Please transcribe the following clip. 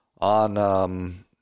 on